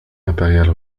impériale